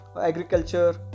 agriculture